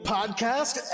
Podcast